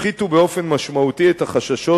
הפחיתו באופן משמעותי את החששות